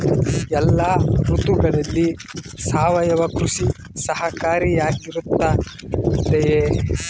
ಎಲ್ಲ ಋತುಗಳಲ್ಲಿ ಸಾವಯವ ಕೃಷಿ ಸಹಕಾರಿಯಾಗಿರುತ್ತದೆಯೇ?